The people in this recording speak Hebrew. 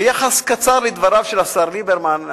ביחס קצר לדבריו של השר ליברמן,